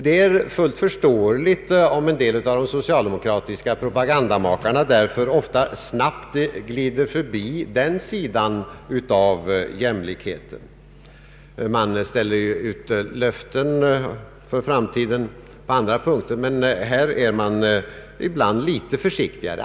Det är därför fullt förståeligt om en del av de socialdemokratiska propagandamakarna ofta snabbt glider förbi den sidan av jämlikheten. Man ger löften för framtiden på andra punkter, men här är man ibland litet försiktigare.